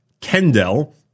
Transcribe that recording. Kendall